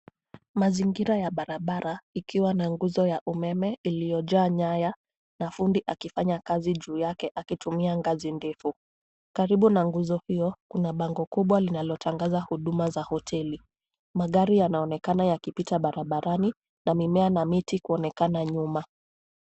Mazingira ya barabara ikiwa na nguzo ya umeme iliyojaa nyaya na fundi akifanya kazi juu yake akitumia ngazi ndefu. Karibu na nguzo hiyo, kuna bango kubwa linalotangaza huduma za hoteli. Magari yanaonekana yakipita barabarani na mimea na miti kuonekana nyuma.